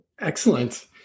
Excellent